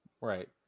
right